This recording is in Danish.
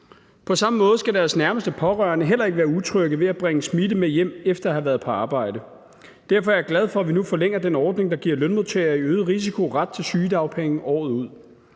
På samme måde skal deres nærmeste pårørende heller ikke være utrygge ved risikoen for at bringe smitte med hjem efter at have været på arbejde. Derfor er jeg glad for, at vi nu forlænger den ordning, der giver lønmodtagere med øget risiko ret til sygedagpenge året ud.